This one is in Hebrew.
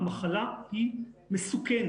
המחלה היא מסוכנת.